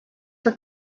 for